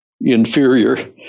inferior